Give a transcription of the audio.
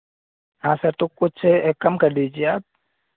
हाँ सर तो कुछ कम कर दीजिए आप